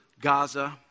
Gaza